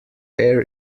air